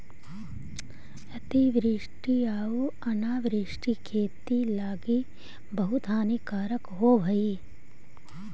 अतिवृष्टि आउ अनावृष्टि खेती लागी बहुत हानिकारक होब हई